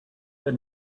but